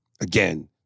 Again